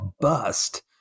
bust